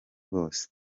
bose